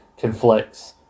conflicts